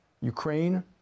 Ukraine